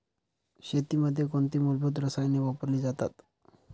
शेतीमध्ये कोणती मूलभूत रसायने वापरली जातात?